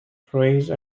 praise